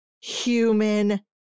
human